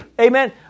Amen